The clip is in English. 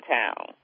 town